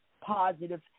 positive